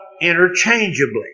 interchangeably